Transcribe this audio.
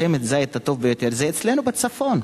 ששמן הזית הטוב ביותר הוא אצלנו בצפון.